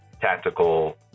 tactical